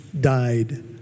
died